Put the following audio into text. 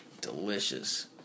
delicious